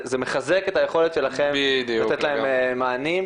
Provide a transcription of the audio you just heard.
זה מחזק את היכולת שלכם לתת להם מענים.